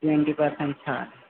twenty percent ছাড়